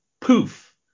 poof